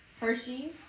hershey